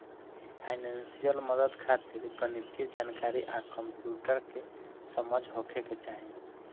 financial मदद खातिर गणितीय जानकारी आ कंप्यूटर के समझ होखे के चाही